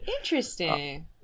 interesting